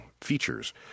features